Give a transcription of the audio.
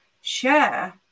share